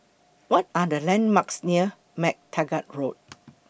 What Are The landmarks near MacTaggart Road